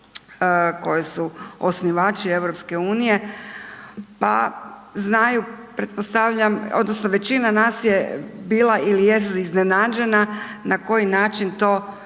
koje su osnivači EU pa znaju pretpostavljam, odnosno većina nas je bila ili jest iznenađena na koji način to